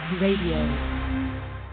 Radio